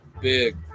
big